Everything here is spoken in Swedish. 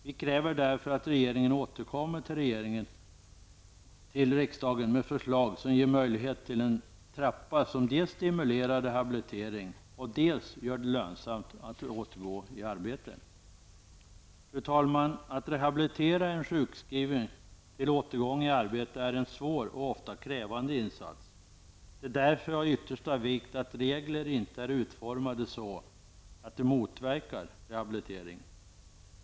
Vi kräver därför att regeringen återkommer till riksdagen med förslag som ger möjlighet till en ''trappa'', som dels stimulerar rehabilitering, dels gör det lönsamt att återgå i arbete. Fru talman! Att rehabilitera en sjukskriven till återgång till arbete är en svår och ofta krävande insats. Det är därför av yttersta vikt att reglerna inte är utformade så, att de motverkar rehabilitering.